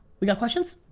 we got questions?